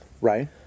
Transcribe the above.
Right